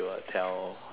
me